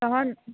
तहन